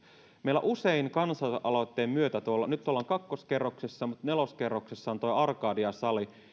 meillä usein kansalaisaloitteen myötä tuolla nyt ollaan kakkoskerroksessa mutta neloskerroksessa on tuo arkadia sali